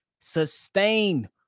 sustain